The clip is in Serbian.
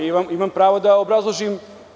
Imam pravo da to obrazložim.